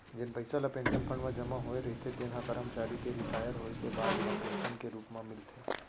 जेन पइसा ल पेंसन फंड म जमा होए रहिथे तेन ह करमचारी के रिटायर होए के बाद म पेंसन के रूप म मिलथे